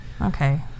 okay